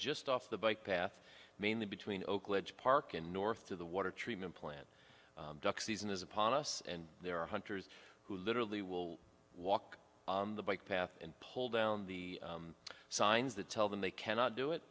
just off the bike path mainly between oakland park and north to the water treatment plant duck season is upon us and there are hunters who literally will walk the bike path and pull down the signs that tell them they cannot do it